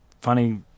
funny